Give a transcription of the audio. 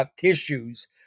tissues